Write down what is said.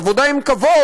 עבודה עם כבוד,